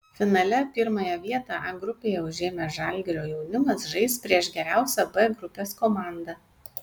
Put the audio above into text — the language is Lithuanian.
finale pirmąją vietą a grupėje užėmęs žalgirio jaunimas žais prieš geriausią b grupės komandą